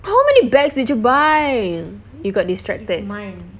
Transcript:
how many bags did you buy you got distracted